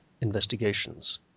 investigations